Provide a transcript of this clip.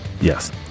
Yes